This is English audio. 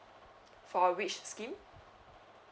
for which scheme